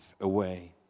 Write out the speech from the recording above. away